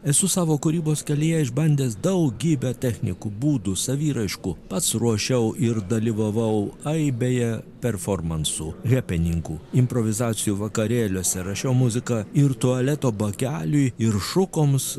esu savo kūrybos kelyje išbandęs daugybę technikų būdų saviraiškų pats ruošiau ir dalyvavau aibėje performansų hepeningų improvizacijų vakarėliuose rašiau muziką ir tualeto bakeliui ir šukoms